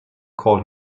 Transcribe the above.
cold